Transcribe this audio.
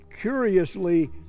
curiously